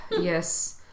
yes